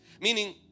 meaning